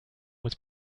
was